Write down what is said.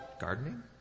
Gardening